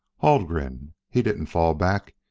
haldgren he didn't fall back.